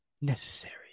necessary